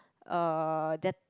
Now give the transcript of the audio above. um that